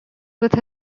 with